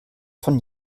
von